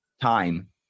time